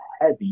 heavy